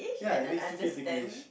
ya it makes you feel ticklish